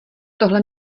tohle